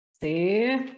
See